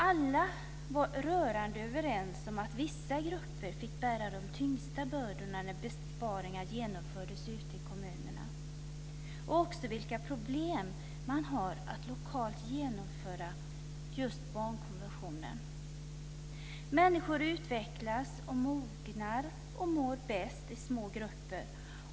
Alla var rörande överens om att vissa grupper fick bära de tyngsta bördorna när besparingar genomfördes ute i kommunerna och också vilka problem man har med att lokalt genomföra just barnkonventionen. Människor utvecklas, mognar och mår bäst i små grupper.